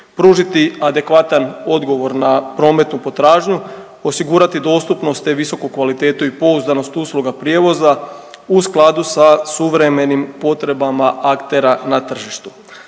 Pružiti adekvatan odgovor na prometnu potražnju, osigurati dostupnost te visoku kvalitetu i pouzdanost usluga prijevoza u skladu sa suvremenim potrebama aktera na tržištu.